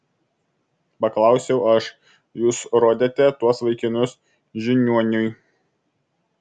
paklausiau aš jūs rodėte tuos vaikinus žiniuoniui